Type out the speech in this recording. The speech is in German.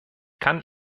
kann